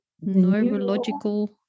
Neurological